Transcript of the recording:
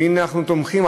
והנה אנחנו תומכים.